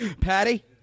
Patty